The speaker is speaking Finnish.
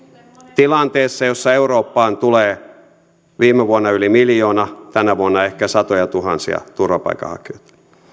tilanteessa jossa eurooppaan tulee viime vuonna yli miljoona tänä vuonna ehkä satojatuhansia turvapaikanhakijoita